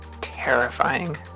terrifying